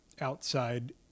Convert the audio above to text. outside